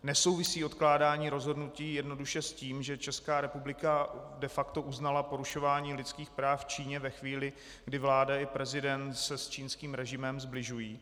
Nesouvisí odkládání rozhodnutí jednoduše s tím, že Česká republika de facto uznala porušování lidských práv v Číně ve chvíli, kdy vláda i prezident se s čínským režimem sbližují?